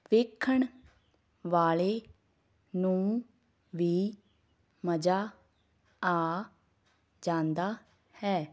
ਵੇਖਣ ਵਾਲੇ ਨੂੰ ਵੀ ਮਜ਼ਾ ਆ ਜਾਂਦਾ ਹੈ